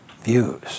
views